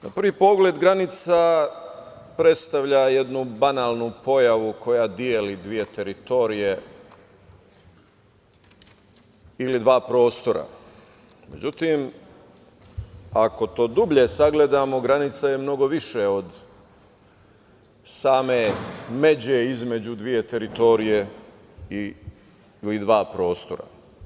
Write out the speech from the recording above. Na prvi pogled, granica predstavlja jednu banalnu pojavu koja deli dve teritorije ili dva prostora, međutim, ako to dublje sagledamo granica je mnogo više od same međe između dve teritorije ili dva prostora.